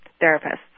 therapists